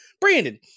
Brandon